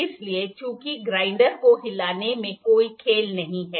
इसलिए चूंकि ग्राइंडर को हिलाने में कोई खेल नहीं है